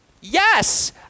Yes